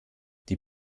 die